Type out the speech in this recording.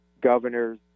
governor's